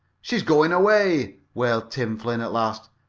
she's goin' away! wailed tim flynn at last.